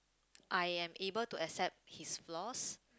I am able to accept his flaws